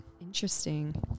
interesting